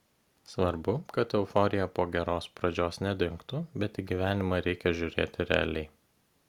svarbu kad euforija po geros pradžios nedingtų bet į gyvenimą reikia žiūrėti realiai